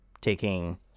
taking